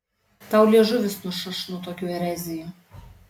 tau liežuvis nušaš nuo tokių erezijų